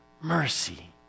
mercy